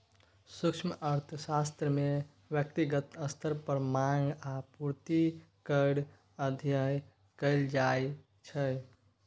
सूक्ष्म अर्थशास्त्र मे ब्यक्तिगत स्तर पर माँग आ पुर्ति केर अध्ययन कएल जाइ छै